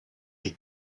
die